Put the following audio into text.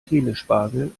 telespagel